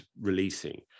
releasing